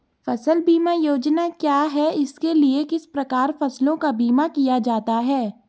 फ़सल बीमा योजना क्या है इसके लिए किस प्रकार फसलों का बीमा किया जाता है?